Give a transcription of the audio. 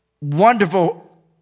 wonderful